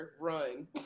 run